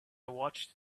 watched